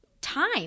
time